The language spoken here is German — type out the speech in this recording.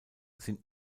sind